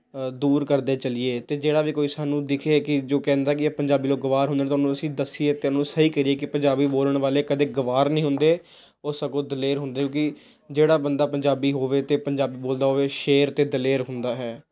ਦੂਰ ਕਰਦੇ ਚਲੀਏ ਅਤੇ ਜਿਹੜਾ ਵੀ ਕੋਈ ਸਾਨੂੰ ਦਿਖੇ ਕਿ ਜੋ ਕਹਿੰਦਾ ਕਿ ਇਹ ਪੰਜਾਬੀ ਲੋਕ ਗਵਾਰ ਹੁੰਦੇ ਤਾਂ ਉਹਨਾਂ ਨੂੰ ਅਸੀਂ ਦੱਸੀਏ ਅਤੇ ਉਹਨਾਂ ਨੂੰ ਸਹੀ ਕਰੀਏ ਕਿ ਪੰਜਾਬੀ ਬੋਲਣ ਵਾਲੇ ਕਦੇ ਗਵਾਰ ਨਹੀਂ ਹੁੰਦੇ ਉਹ ਸਗੋਂ ਦਲੇਰ ਹੁੰਦੇ ਕਿਉਂਕਿ ਜਿਹੜਾ ਬੰਦਾ ਪੰਜਾਬੀ ਹੋਵੇ ਅਤੇ ਪੰਜਾਬੀ ਬੋਲਦਾ ਹੋਵੇ ਸ਼ੇਰ ਅਤੇ ਦਲੇਰ ਹੁੰਦਾ ਹੈ